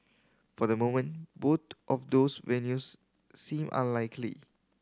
for the moment both of those venues seem unlikely